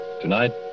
tonight